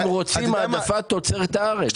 הם רוצים העדפת תוצרת הארץ.